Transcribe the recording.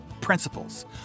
principles